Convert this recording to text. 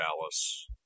Dallas